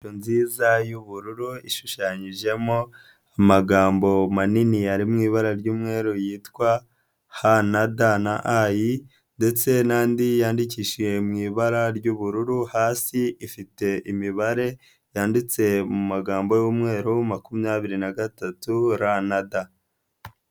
Nziza y'ubururu ishushanyijemo amagambo manini yari mu ibara ry'umweru yitwa ha na da na ayi, ndetse n'andi yandikishije mu ibara ry'ubururu hasi ifite imibare yanditse mu magambo y'umweru makumyabiri na gatatu ra na da.